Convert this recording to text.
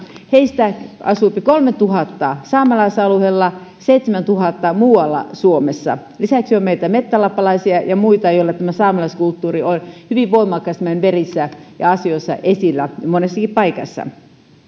heistä asuu kolmellatuhannella saamelaisalueella seitsemällätuhannella muualla suomessa lisäksi on meitä metsälappalaisia ja muita joilla saamelaiskulttuuri on hyvin voimakkaasti meidän verissämme ja asioissa esillä monessakin paikassa tässä laissa